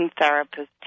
therapist